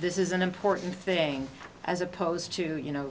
this is an important thing as opposed to you know